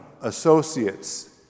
associates